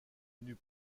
n’eût